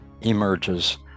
emerges